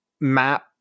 map